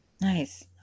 nice